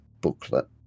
booklet